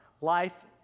life